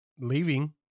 leaving